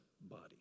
body